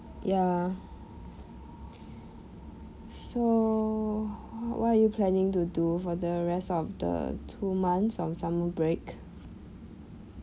ya so what are you planning to do for the rest of the two months of summer break